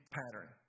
pattern